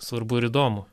svarbu ir įdomu